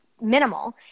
minimal